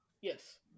Yes